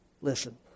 Listen